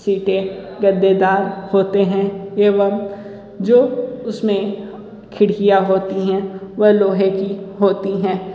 सीटें गद्देदार होते हैं एवं जो उसमें खिड़कियाँ होती हैं वह लोहे की होती हैं